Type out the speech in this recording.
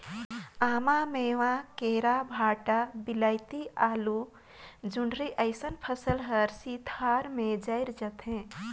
आमा, मेवां, केरा, भंटा, वियलती, आलु, जोढंरी अइसन फसल हर शीतलहार में जइर जाथे